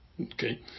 Okay